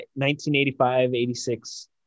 1985-86